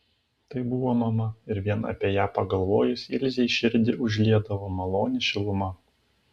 tai buvo mama ir vien apie ją pagalvojus ilzei širdį užliedavo maloni šiluma